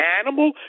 animal